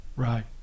Right